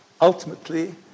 Ultimately